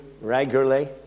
regularly